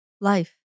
life